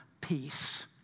peace